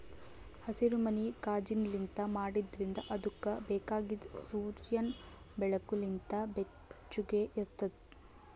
ಹಸಿರುಮನಿ ಕಾಜಿನ್ಲಿಂತ್ ಮಾಡಿದ್ರಿಂದ್ ಇದುಕ್ ಬೇಕಾಗಿದ್ ಸೂರ್ಯನ್ ಬೆಳಕು ಲಿಂತ್ ಬೆಚ್ಚುಗ್ ಇರ್ತುದ್